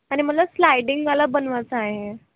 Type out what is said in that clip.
आणि मला स्लायडिंगवाला बनवायचा आहे